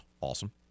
awesome